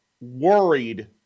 worried